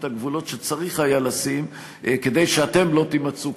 הגבולות שצריך היה לשים כדי שאתם לא תימצאו,